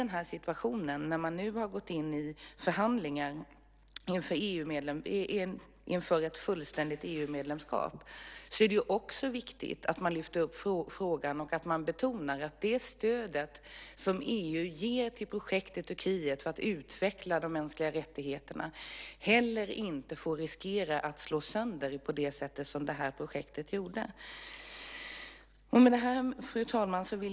När Turkiet nu har gått in i en förhandling inför ett fullständigt EU-medlemskap är det viktigt att lyfta upp denna fråga och betona att de projekt i Turkiet som stöds av EU för att utveckla de mänskliga rättigheterna heller inte får riskera att slås sönder på det sätt som hänt med det här projektet. Fru talman!